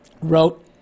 wrote